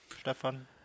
Stefan